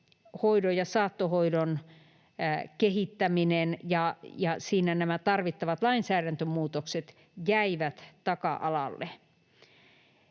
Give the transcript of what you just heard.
hoidon ja saattohoidon kehittäminen ja nämä tarvittavat lainsäädäntömuutokset jäivät taka-alalle,